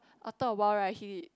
after a while right he